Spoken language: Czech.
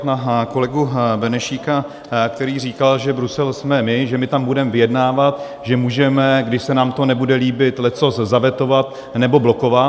Já chci zareagovat na kolegu Benešíka, který říkal, že Brusel jsme my, že my tam budeme vyjednávat, že můžeme, když se nám to nebude líbit, leccos zavetovat nebo blokovat.